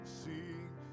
sing